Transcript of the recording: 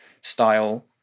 style